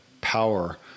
power